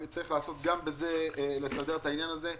נצטרך להסדיר גם את העניין הזה.